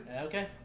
Okay